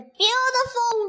beautiful